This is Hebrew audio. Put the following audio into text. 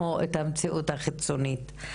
או את המציאות החיצונית,